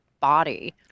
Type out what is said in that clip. body